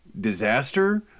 disaster